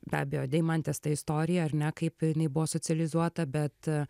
be abejo deimantės ta istorija ar ne kaip jinai buvo socializuota bet